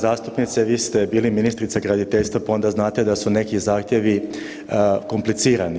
Uvažena zastupnice vi ste bili ministrica graditeljstva pa onda znate da su neki zahtjevi komplicirani.